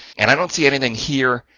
and i don't see anything here.